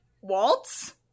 waltz